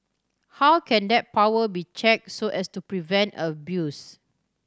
how can that power be checked so as to prevent abuse